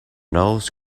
nose